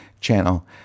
channel